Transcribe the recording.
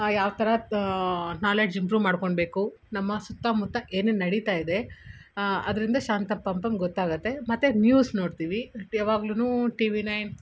ಯಾವ್ತರ knowledge improve ಮಾಡ್ಕೊಳ್ಬೇಕು ನಮ್ಮ ಸುತ್ತಮುತ್ತ ಏನೇನು ನಡೀತಾ ಇದೆ ಅದರಿಂದ ಶಾಂತಮ್ ಪಾಪಮ್ ಗೊತ್ತಾಗುತ್ತೆ ಮತ್ತು ನ್ಯೂಸ್ ನೋಡ್ತೀವಿ ಯಾವಾಗ್ಲು ಟಿ ವಿ ನೈನ್